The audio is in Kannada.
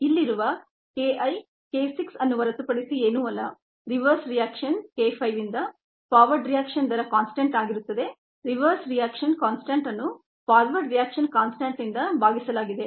ಇಲ್ಲಿರುವ K I k 6 ಅನ್ನು ಹೊರತುಪಡಿಸಿ ಏನೂ ಅಲ್ಲ - ರಿವರ್ಸ್ ರಿಯಾಕ್ಷನ್ k 5 ಇಂದ ಫಾರ್ವರ್ಡ್ ರಿಯಾಕ್ಷನ್ ದರ ಕಾನ್ಸ್ಟಂಟ್ ಆಗಿರುತ್ತದೆ ರಿವರ್ಸ್ ರಿಯಾಕ್ಷನ್ ಕಾನ್ಸ್ಟಂಟ್ ಅನ್ನು ಫಾರ್ವರ್ಡ್ ರಿಯಾಕ್ಷನ್ ಕಾನ್ಸ್ಟಂಟ್ನಿಂದ ಭಾಗಿಸಲಾಗಿದೆ